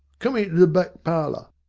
come in the back-parlour